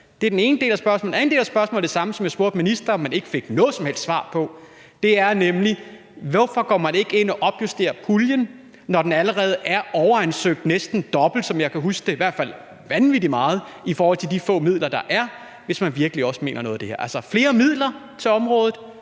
Det er den ene del af spørgsmålet. Den anden del af spørgsmålet er det samme, som jeg stillede til ministeren, men ikke fik noget som helst svar på, nemlig hvorfor man ikke går ind og opjusterer puljen, når den allerede er overansøgt med næsten det dobbelte, som jeg kan huske det – det er i hvert fald vanvittig meget i forhold til de få midler, der er – hvis man virkelig mener noget af det her. Det handler altså om flere midler til området